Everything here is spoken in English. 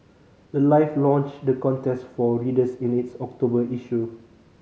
the life launched the contest for readers in its October issue